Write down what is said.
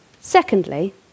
Secondly